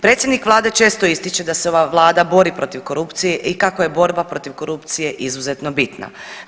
Predsjednik Vlade često ističe da se ova Vlada bori protiv korupcije i kako je borba protiv korupcije izuzetno bitna.